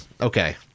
okay